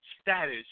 status